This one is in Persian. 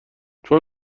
چون